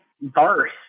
verse